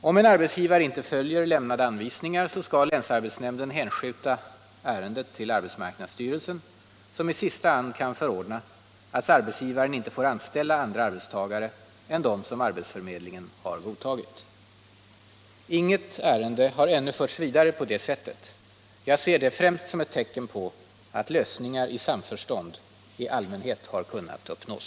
Om en arbetsgivare inte följer lämnade anvisningar, skall länsarbetsnämnden hänskjuta ärendet till arbetsmarknadsstyrelsen, som i sista hand kan förordna att arbetsgivaren inte får anställa andra arbetstagare än dem som arbetsförmedlingen har godtagit. Inget ärende har ännu förts vidare på detta sätt. Jag ser det främst som ett tecken på att lösningar i samförstånd i allmänhet har kunnat uppnås.